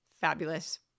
fabulous